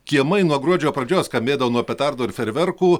kiemai nuo gruodžio pradžios skambėdavo nuo petardų ir fejerverkų